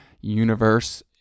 universe